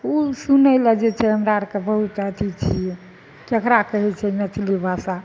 उ सुनय लए जे छै हमरा आरके बहुत अथी छियै ककरा कहय छै मैथिली भाषा